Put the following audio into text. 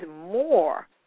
more